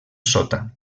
sota